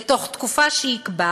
בתוך תקופה שיקבע,